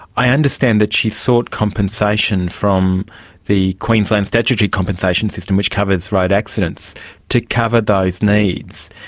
i understand that she sought compensation from the queensland statutory compensation system which covers road accidents to cover those needs,